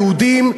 היהודים,